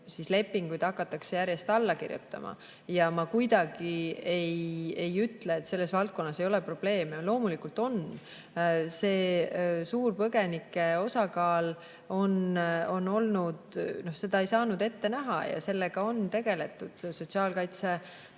lepinguid hakatakse järjest alla kirjutama. Ja ma kuidagi ei ütle, et selles valdkonnas ei ole probleeme. Loomulikult on. See suur põgenike osakaal, mis on olnud, seda ei saanud ette näha ja sellega on tegeletud. Sotsiaalkaitseamet